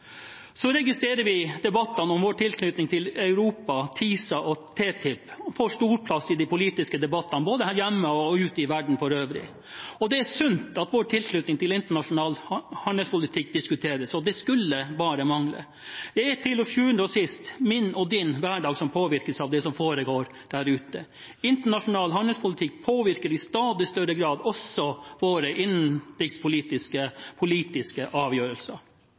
Så registrerer vi at debattene om vår tilknytning til Europa, TISA og TTIP får stor plass i de politiske debattene både her hjemme og ute i verden for øvrig. Det er sunt at vår tilknytning til internasjonal handelspolitikk diskuteres – det skulle bare mangle. Det er til sjuende og sist min og din hverdag som påvirkes av det som foregår der ute. Internasjonal handelspolitikk påvirker i stadig større grad også våre innenrikspolitiske avgjørelser.